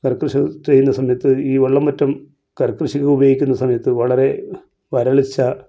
കരക്കൃഷി ചെയ്യുന്ന സമയത്ത് ഈ വെള്ളം മൊത്തം കരകൃഷി ഉപയോഗിക്കുന്ന സമയത്ത് വളരെ വരൾച്ച